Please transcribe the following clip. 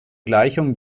gleichung